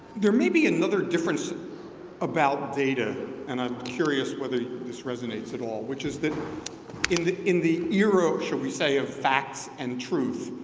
there may be another difference about data and i'm curious whether this resonates at all which is that in the in the era, should we say of facts and truth,